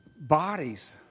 bodies